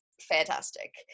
fantastic